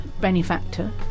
benefactor